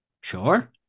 Sure